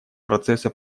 процесса